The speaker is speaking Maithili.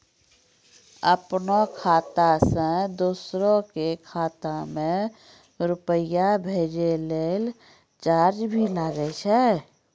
आपनों खाता सें दोसरो के खाता मे रुपैया भेजै लेल चार्ज भी लागै छै?